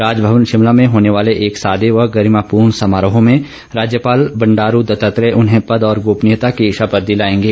राजभवन शिमला में होने वाले एक सादे व गरिमापूर्ण समारोह में राज्यपाल बंडारू दत्तात्रेय उन्हें पद और गोपनीयता की शपथ दिलायेंगे